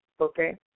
okay